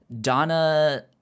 donna